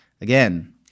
Again